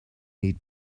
eat